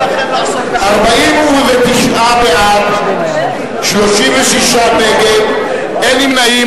49 בעד, 36 נגד, אין נמנעים.